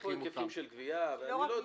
פה היקפים של גבייה, אני לא יודע.